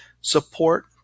support